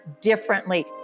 differently